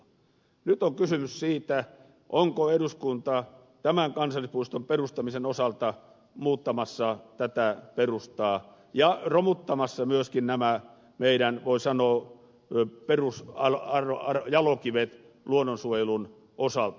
nyt on kysymys siitä onko eduskunta tämän kansallispuiston perustamisen osalta muuttamassa tätä perustaa ja romuttamassa myöskin nämä meidän voi sanoa perusjalokivemme luonnonsuojelun osalta